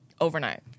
overnight